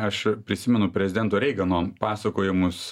aš prisimenu prezidento reigano pasakojimus